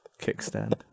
kickstand